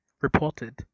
reported